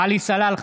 עלי סלאלחה,